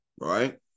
Right